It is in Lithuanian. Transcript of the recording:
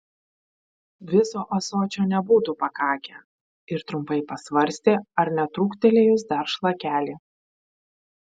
viso ąsočio nebūtų pakakę ir trumpai pasvarstė ar netrūktelėjus dar šlakelį